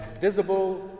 visible